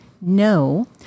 No